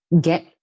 get